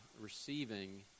receiving